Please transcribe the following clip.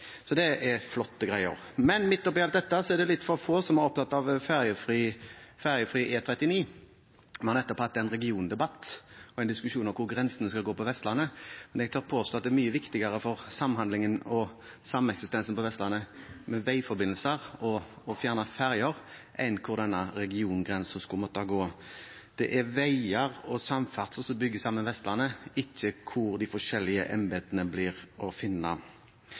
Så det er flotte greier. Men midt oppe i alt dette er det litt for få som er opptatt av ferjefri E39. Vi har nettopp hatt en regiondebatt og en diskusjon om hvor grensene skal gå på Vestlandet. Jeg tør påstå at det er mye viktigere for samhandlingen og sameksistensen på Vestlandet med veiforbindelser og å fjerne ferjer enn hvor denne regiongrensen skal gå. Det er veier og samferdsel som bygger sammen Vestlandet, ikke hvor de forskjellige embetene blir å finne.